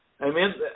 Amen